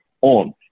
on